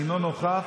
אינו נוכח,